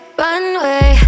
runway